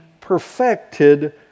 perfected